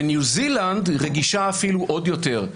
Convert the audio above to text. וניו זילנד רגישה אפילו עוד יותר.